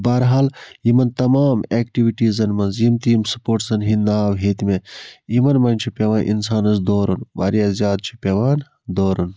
بہرحال یِمَن تَمام ایٚکٹِوِٹیٖزَن مَنٛز یِم تہِ یِم سپوٹسَن ہٕنٛدۍ ناو ہیٚتۍ مےٚ یِمَن مَنٛز چھِ پیٚوان اِنسانَس دورُن واریاہ زیاد چھُ پیٚوان دورُن